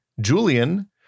Julian